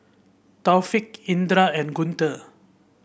Taufik Indra and Guntur